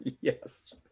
yes